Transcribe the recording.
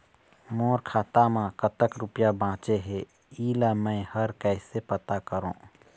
मोर खाता म कतक रुपया बांचे हे, इला मैं हर कैसे पता करों?